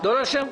לא לאשר?